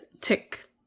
tick